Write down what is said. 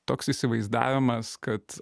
toks įsivaizdavimas kad